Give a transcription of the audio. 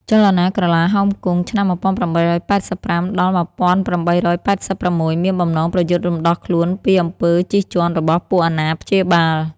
ចលនាក្រឡាហោមគង់ (ឆ្នាំ១៨៨៥-១៨៨៦) មានបំណងប្រយុទ្ធរំដោះខ្លួនពីអំពើជិះជាន់របស់ពួកអាណាព្យាបាល។